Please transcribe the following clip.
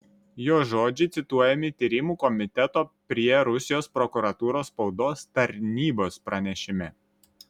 jo žodžiai cituojami tyrimų komiteto prie rusijos prokuratūros spaudos tarnybos pranešime